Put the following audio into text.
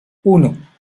uno